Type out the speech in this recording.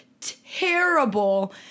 terrible